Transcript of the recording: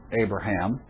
Abraham